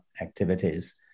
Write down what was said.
activities